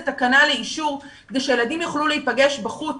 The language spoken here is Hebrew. תקנה לאישור כדי שהילדים יוכלו להיפגש בחוץ,